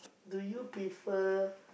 do you prefer